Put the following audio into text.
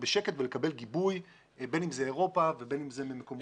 בשקט ולקבל גיבוי בין אם זאת אירופה ובין אם אלה מקומות אחרים.